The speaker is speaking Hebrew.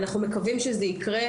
אנחנו מקווים שזה יקרה,